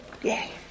Yay